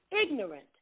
ignorant